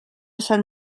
sant